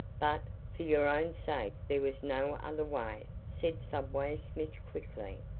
but for your own sake there was no other way, said subway smith quickly.